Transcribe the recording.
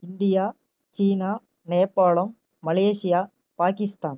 India China நேபாளம் Malaysia Pakistan